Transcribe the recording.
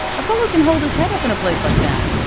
a fellow can hold his head up in a place like that.